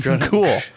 Cool